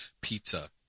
Pizza